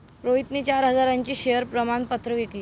रोहितने चार हजारांचे शेअर प्रमाण पत्र विकले